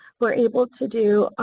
we're able to do